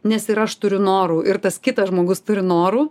nes ir aš turiu norų ir tas kitas žmogus turi norų